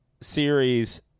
series